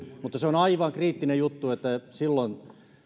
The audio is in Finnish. mutta se on aivan kriittinen juttu että silloin